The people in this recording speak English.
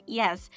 yes